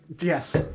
Yes